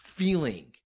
feeling